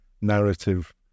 narrative